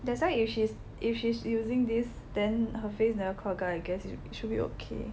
that's why if she's if she's using this then her face never clog up I guess it should be okay